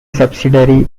subsidiary